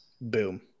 Boom